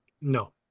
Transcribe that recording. no